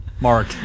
Mark